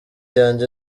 yanjye